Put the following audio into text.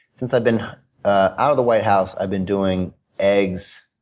since i've been ah out of the white house, i've been doing eggs